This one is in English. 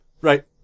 Right